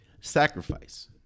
Sacrifice